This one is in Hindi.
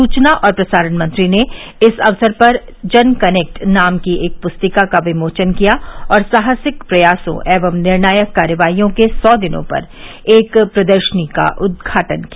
सूचना और प्रसारण मंत्री ने इस अवसर पर जन कनेक्ट नाम की एक पुस्तिका का विमोचन किया और साहसिक प्रयासो एवम निर्णायक कार्रवाईयों के सौ दिनों पर एक प्रदर्शनी का उद्घाटन किया